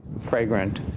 fragrant